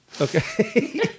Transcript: Okay